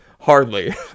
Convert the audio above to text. Hardly